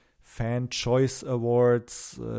Fan-Choice-Awards